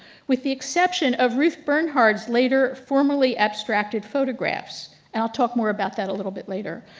with the exception of ruth bernhard's later formerly abstracted photographs. and i'll talk more about that a little bit later.